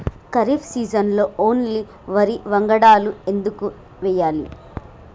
ఖరీఫ్ సీజన్లో ఓన్లీ వరి వంగడాలు ఎందుకు వేయాలి?